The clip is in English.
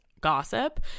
gossip